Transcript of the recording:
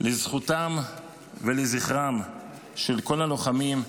לזכותם ולזכרם של כל הלוחמים,